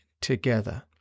together